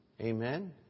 Amen